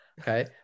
Okay